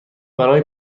برای